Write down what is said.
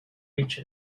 reach